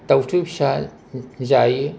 दावस्रि फिसा जायो